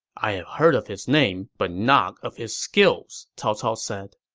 i have heard of his name, but not of his skills, cao cao said